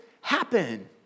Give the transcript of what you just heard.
happen